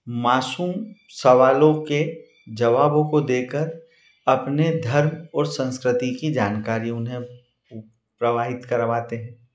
मासूम सवालों के जबावों को देकर अपने धर्म और संस्कृति की जानकारी उन्हें प्रवाहित करवाते हैं